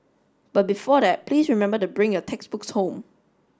but before that please remember the bring your textbooks home